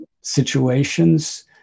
situations